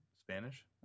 Spanish